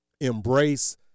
embrace